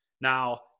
Now